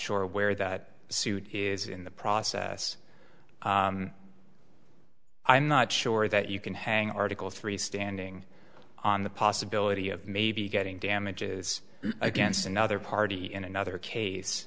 sure where that suit is in the process i'm not sure that you can hang article three standing on the possibility of maybe getting damages against another party in another case